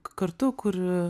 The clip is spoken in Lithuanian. kartu kur